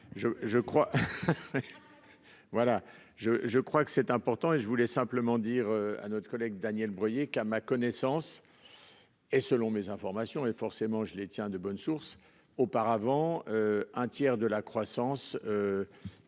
je crois que c'est important et je voulais simplement dire à notre collègue Daniel Breuiller qu'à ma connaissance. Et selon mes informations et forcément, je les tiens de bonne source. Auparavant, un tiers de la croissance.